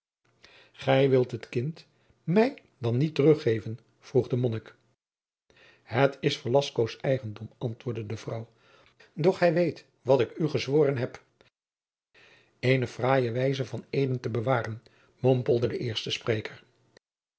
gij wilt het kind mij dan niet teruggeven vroeg de monnik het is velascoos eigendom antwoordde de vrouw doch gij weet wat ik u gezworen heb eene fraaie wijze van eeden te bewaren mompelde de eerste spreker